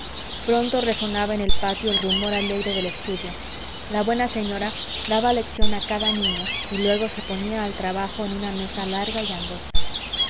pronto resonaba en el patio el rumor alegre del estudio la buena señora daba lección a cada niño y luego se ponía al trabajo en una mesa larga y angosta